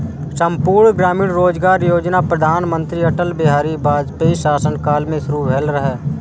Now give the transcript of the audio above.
संपूर्ण ग्रामीण रोजगार योजना प्रधानमंत्री अटल बिहारी वाजपेयीक शासन काल मे शुरू भेल रहै